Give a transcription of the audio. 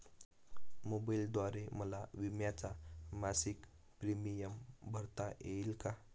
मोबाईलद्वारे मला विम्याचा मासिक प्रीमियम भरता येईल का?